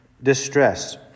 Distress